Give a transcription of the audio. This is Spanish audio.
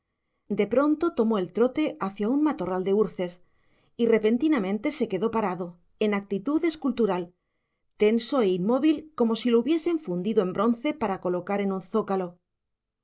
de pronto tomó el trote hacia un matorral de uces y repentinamente se quedó parado en actitud escultural tenso e inmóvil como si lo hubiesen fundido en bronce para colocar en un zócalo